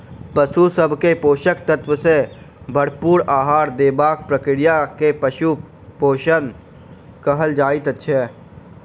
पशु सभ के पोषक तत्व सॅ भरपूर आहार देबाक प्रक्रिया के पशु पोषण कहल जाइत छै